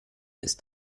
ist